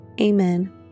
Amen